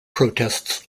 protests